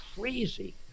crazy